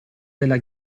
della